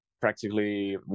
practically